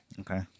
Okay